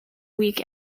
weak